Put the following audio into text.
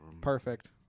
Perfect